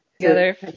together